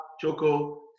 Choco